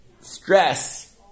stress